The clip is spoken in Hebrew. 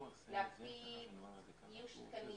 להקפיא איוש תקנים